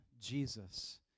Jesus